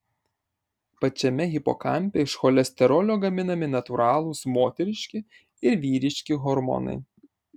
pačiame hipokampe iš cholesterolio gaminami natūralūs moteriški ir vyriški hormonai